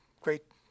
great